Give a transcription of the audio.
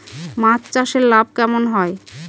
মাছ চাষে লাভ কেমন হয়?